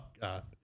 god